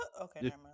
Okay